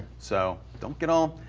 so, don't get all.